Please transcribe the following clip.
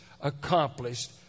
accomplished